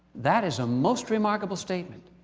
that is a most remarkable statement.